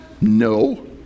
No